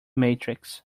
matrix